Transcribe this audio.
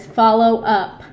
follow-up